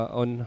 on